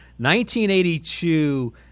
1982